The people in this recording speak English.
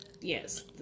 Yes